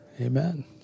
Amen